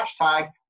hashtag